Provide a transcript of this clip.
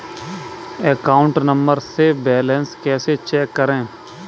Account number से balance कैसे check करें?